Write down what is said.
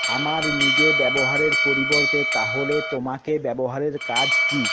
আমার নিজের ব্যবহারের পরিবর্তে তাহলে তোমাকে ব্যবহারের কাজ কী